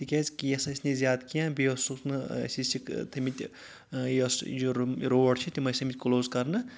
تِکیازِ کیس ٲسۍ نہٕ زیادٕ کینٛہہ بیٚیہِ اوس نہٕ أسۍ ٲسِکھ تھٲے مٕتۍ یۄس روڈ چھِ تِم ٲسۍ آمٕتۍ کٕلوُز کَرنہٕ